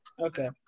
okay